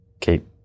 keep